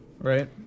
right